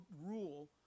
rule